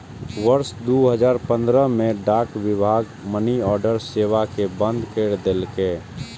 वर्ष दू हजार पंद्रह मे डाक विभाग मनीऑर्डर सेवा कें बंद कैर देलकै